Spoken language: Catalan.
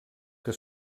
que